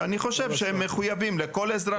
ואני חושב שהם מחויבים לכל אזרח,